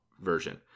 version